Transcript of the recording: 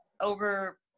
over